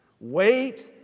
Wait